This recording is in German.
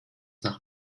nach